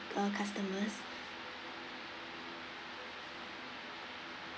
uh customers